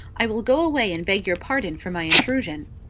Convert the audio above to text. i will go away and beg your pardon for my intrusion.